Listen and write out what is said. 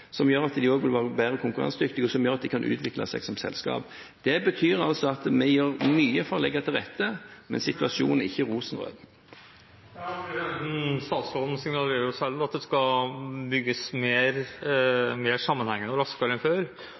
som gjør at de også vil være mer konkurransedyktige, og som gjør at de kan utvikle seg som selskap. Det betyr at vi gjør mye for å legge til rette – men situasjonen er ikke rosenrød. Statsråden signaliserer jo selv at det skal bygges mer sammenhengende og raskere enn før,